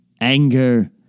anger